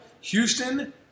Houston